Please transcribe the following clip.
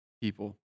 people